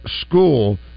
school